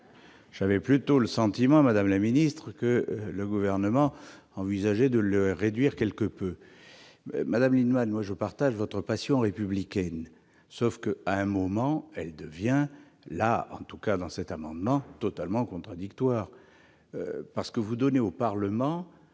J'avais plutôt le sentiment, madame la ministre, que le Gouvernement envisageait de les réduire quelque peu. Madame Lienemann, je partage votre passion républicaine. Or celle-ci tend à devenir, en tout cas dans cet amendement, totalement contradictoire. Vous voulez donner au Parlement